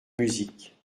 musique